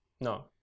No